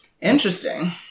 Interesting